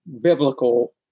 biblical